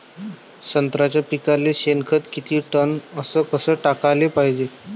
संत्र्याच्या पिकाले शेनखत किती टन अस कस टाकाले पायजे?